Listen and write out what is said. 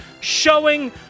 showing